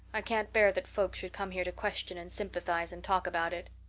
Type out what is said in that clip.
i can't bear that folks should come here to question and sympathize and talk about it.